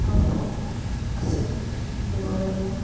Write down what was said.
আৰু বহুত আছে দিবলগীয়া